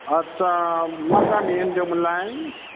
आस्सा मा गामि होनदोंमोनलाय